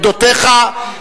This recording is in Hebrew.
עמדותיך,